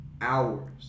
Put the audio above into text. hours